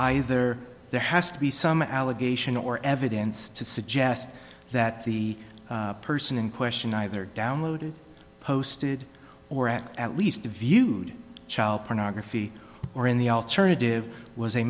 either there has to be some allegation or evidence to suggest that the person in question either downloaded posted or at at least viewed child pornography or in the alternative was a